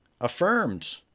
affirmed